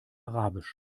arabisch